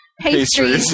pastries